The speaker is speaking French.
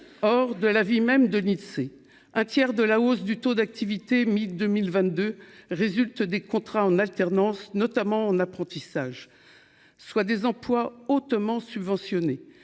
or de l'avis même de un tiers de la hausse du taux d'activité mi-2022 résulte des contrats en alternance, notamment en apprentissage, soit des emplois hautement subventionnés